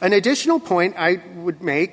an additional point i would make